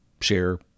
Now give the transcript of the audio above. Share